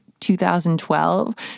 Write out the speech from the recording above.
2012